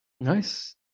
Nice